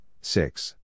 six